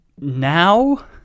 now